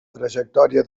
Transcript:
trajectòria